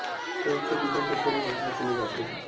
कोन से किसम के छेरी मांस बार चुने जाथे?